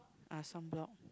ah sunblock